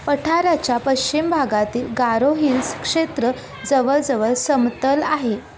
पठाराच्या पश्चिम भागातील गारो हिल्स क्षेत्र जवळजवळ समतल आहे